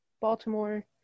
Baltimore